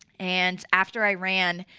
and after i ran,